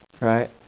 right